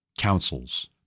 councils